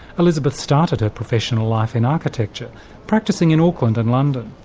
elizabeth started her professional life in architecture practising in auckland and london.